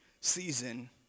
season